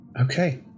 Okay